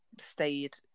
stayed